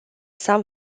some